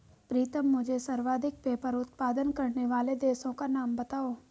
प्रीतम मुझे सर्वाधिक पेपर उत्पादन करने वाले देशों का नाम बताओ?